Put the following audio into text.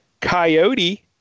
Coyote